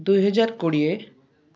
ଦୁଇହଜାର କୋଡ଼ିଏ